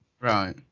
Right